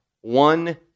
One